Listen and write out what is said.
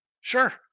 Sure